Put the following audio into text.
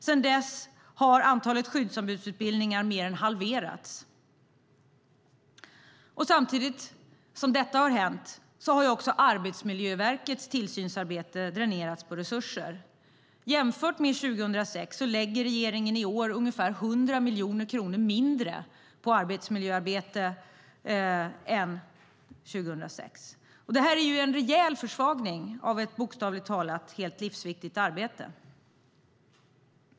Sedan dess har antalet skyddsombudsutbildningar mer än halverats. Samtidigt som detta har hänt har också Arbetsmiljöverkets tillsynsarbete dränerats på resurser. Jämfört med 2006 lägger regeringen i år ungefär 100 miljoner kronor mindre på arbetsmiljöarbete. Det är en rejäl försvagning av ett bokstavligt talat helt livsviktigt arbete.